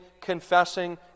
confessing